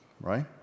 right